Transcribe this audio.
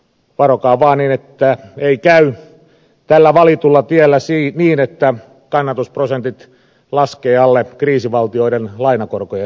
varokaa vaan että ei käy tällä valitulla tiellä niin että kannatusprosentit laskevat alle kriisivaltioiden lainakorkojen prosentin